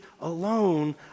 alone